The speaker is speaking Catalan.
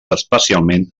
especialment